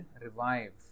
revive